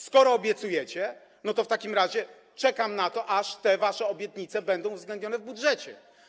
Skoro obiecujecie, to w takim razie czekam na to, że te wasze obietnice będą uwzględnione w budżecie.